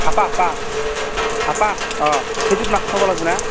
হাপা হাপা হাপা অ' সেইটোত মাছ থব লাগিব ন